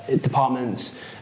departments